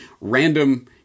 random